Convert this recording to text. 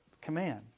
Command